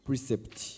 Precept